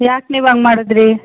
ಯಾಕೆ ನೀವು ಹಂಗ್ ಮಾಡಿದ್ರಿ